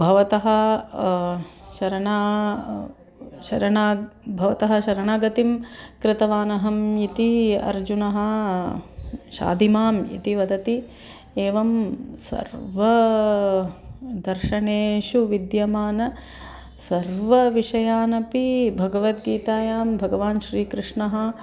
भवतः शरणं शरणं भवतः शरणागतिं कृतवानहम् इति अर्जुनः शाधिमाम् इति वदति एवं सर्व दर्शनेषु विद्यमान सर्वविषयानपि भगवद्गीतायां भगवान् श्रीकृष्णः